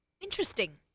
Interesting